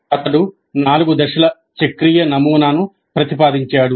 అతను 4 దశల చక్రీయ నమూనాను ప్రతిపాదించాడు